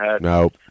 No